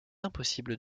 impossible